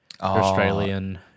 Australian